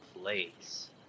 place